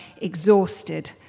exhausted